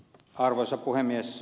arvoisa puhemies